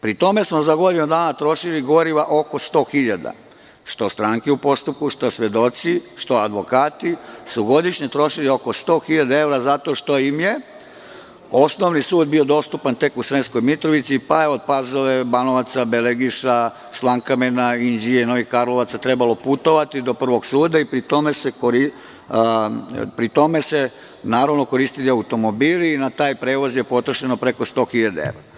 Pri tome smo za godinu dana trošili goriva oko 100 hiljada, što stranke u postupku, što svedoci, što advokati, godišnje su trošili oko 100 hiljada evra, zato što im je Osnovni sud bio dostupan tek u Sremskoj Mitrovici, pa je od Pazove, Banovaca, Belegiša, Slankamena, Inđije, Novih Karlovaca trebalo putovati do Prvog suda i pri tome su se naravno koristili automobili i na taj prevoz je potrošeno preko 100 hiljada evra.